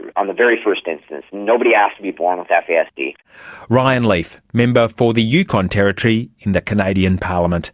and on the very first instance, nobody asked to be born with yeah fasd. ryan leef, member for the yukon territory in the canadian parliament.